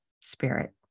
spirit